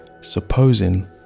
Supposing